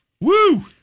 Woo